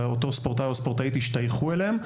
ואותו ספורטאי או ספורטאית השתייכו אליהם,